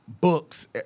books